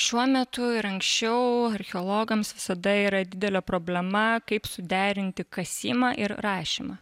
šiuo metu ir anksčiau archeologams visada yra didelė problema kaip suderinti kasimą ir rašymą